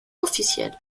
officiel